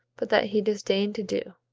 but that he disdained to do.